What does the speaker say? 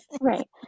Right